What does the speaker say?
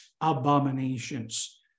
abominations